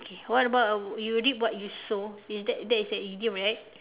K what about uh you reap what you sow is that that's a idiom right